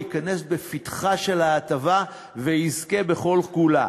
ייכנס בפתחה של ההטבה ויזכה בכל-כולה.